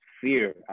fear